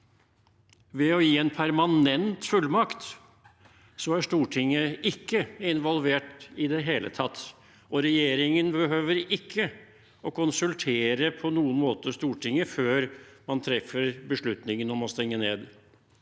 Ved å gi en permanent fullmakt er Stortinget ikke involvert i det hele tatt, og regjeringen behøver ikke å konsultere Stortinget på noen måte før man treffer beslutningen om å stenge ned.